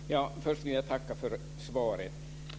Fru talman! Först vill jag tacka för svaret.